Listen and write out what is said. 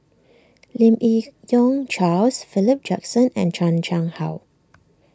Lim Yi Yong Charles Philip Jackson and Chan Chang How